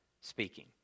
speaking